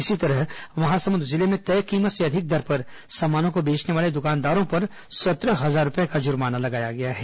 इसी तरह महासमुद जिले में तय कीमत से अधिक दर पर सामानों को बेचने वाले दुकानदारों पर सत्रह हजार रूपये का जुर्माना लगाया गया है